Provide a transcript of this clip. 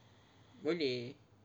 boleh